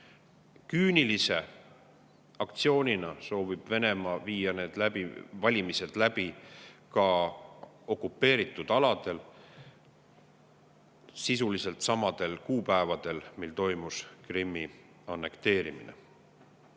Küünilise aktsioonina soovib Venemaa viia valimised läbi ka okupeeritud aladel sisuliselt samadel kuupäevadel, mil toimus Krimmi annekteerimine.